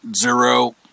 zero